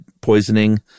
poisoning